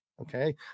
Okay